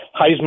Heisman